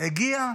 הגיעה